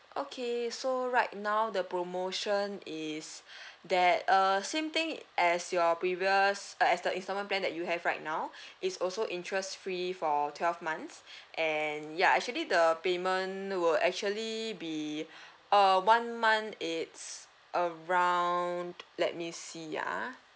okay so right now the promotion is that uh same thing as your previous uh as the instalment plan that you have right now it's also interest free for twelve months and ya actually the payment will actually be uh one month it's around let me see ah